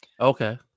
Okay